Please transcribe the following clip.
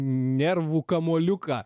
nervų kamuoliuką